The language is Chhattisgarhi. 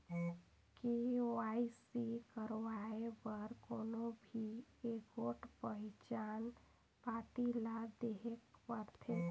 के.वाई.सी करवाए बर कोनो भी एगोट पहिचान पाती ल देहेक परथे